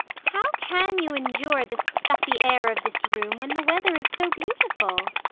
how can you endure the stuffy air of this room when the weather is so beautiful?